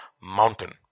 mountain